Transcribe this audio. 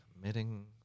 committing